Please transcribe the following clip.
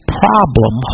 problem